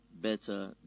better